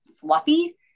fluffy